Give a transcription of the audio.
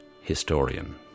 historian